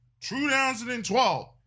2012